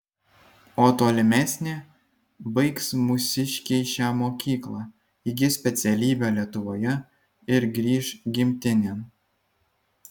o tolimesnė baigs mūsiškiai šią mokyklą įgis specialybę lietuvoje ir grįš gimtinėn